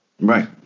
Right